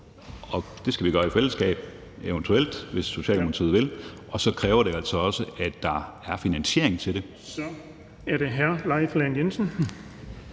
og det skal vi gøre i fællesskab – eventuelt, hvis Socialdemokratiet vil – og så kræver det jo altså også, at der er finansiering til det. Kl. 15:02 Den fg. formand (Erling